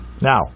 Now